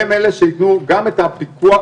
הם אלה שייתנו גם את ההשגחה